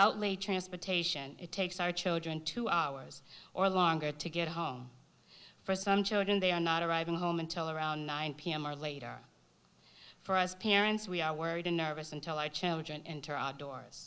without transportation it takes our children two hours or longer to get home for some children they are not arriving home until around nine pm or later for us parents we are worried and nervous until our children enter our doors